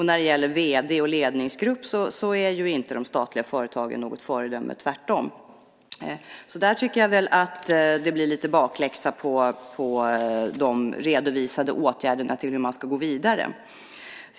När det gäller vd och ledningsgrupp är inte de statliga företagen något föredöme - tvärtom. Jag tycker att det blir lite bakläxa på de redovisade åtgärderna för hur man ska gå vidare.